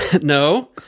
no